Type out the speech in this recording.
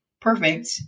perfect